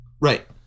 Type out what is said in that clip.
Right